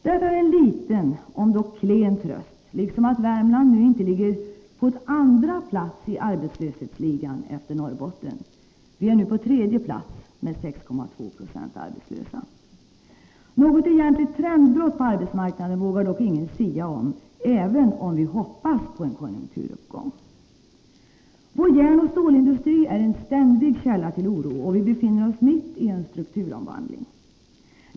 Detta är en liten, om dock klen, tröst — liksom att Värmland nu inte längre ligger på andra plats i ”arbetslöshetsligan” efter Norrbotten. Vi är nu på tredje plats med 6,2 9o arbetslösa. Något egentligt trendbrott på arbetsmarknaden vågar dock ingen sia om, även om vi hoppas på en konjunkturuppgång. Vår järnoch stålindustri är en ständig källa till oro, och vi befinner oss mitt i en strukturomvandling.